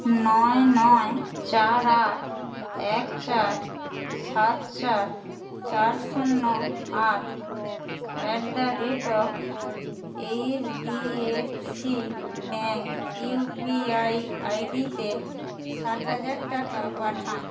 নয় নয় চার আট এক চার সাত চার চার শূন্য আট at the rate of HDFC bank UPI আইডিতে ষাট হাজার টাকা পাঠান